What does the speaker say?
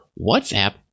WhatsApp